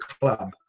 club